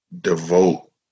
devote